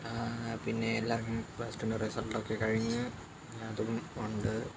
പിന്നെ എല്ലാം പ്ലസ് ടുവിന്റെ റിസള്ട്ടൊക്കെ കഴിഞ്ഞു അതും ഉണ്ട്